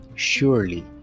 Surely